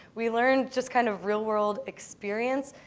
we learned just kind of real world experience.